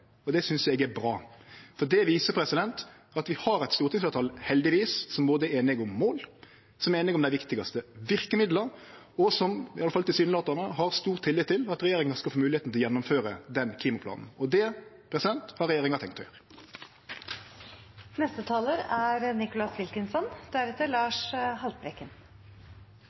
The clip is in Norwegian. viser at vi har eit stortingsfleirtal, heldigvis, som er einige om mål, som er einige om dei viktigaste verkemidla, og som, i alle fall tilsynelatande, har stor tillit til at regjeringa skal få moglegheit til å gjennomføre den klimaplanen. Og det har regjeringa tenkt å